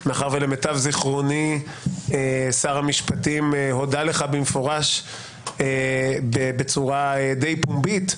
מאחר שלמיטב זכרוני שר המשפטים הודה לך במפורש בצורה די פומבית,